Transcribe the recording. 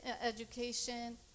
education